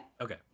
Okay